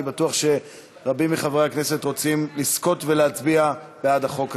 אני בטוח שרבים מחברי הכנסת רוצים לזכות ולהצביע בעד החוק הזה,